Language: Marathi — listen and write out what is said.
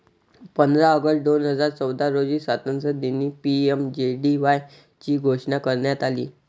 पंधरा ऑगस्ट दोन हजार चौदा रोजी स्वातंत्र्यदिनी पी.एम.जे.डी.वाय ची घोषणा करण्यात आली